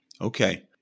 Okay